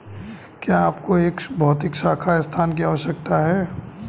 क्या आपको एक भौतिक शाखा स्थान की आवश्यकता है?